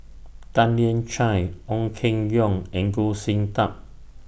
Tan Lian Chye Ong Keng Yong and Goh Sin Tub